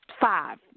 five